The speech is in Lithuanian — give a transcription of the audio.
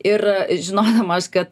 ir žinodama aš kad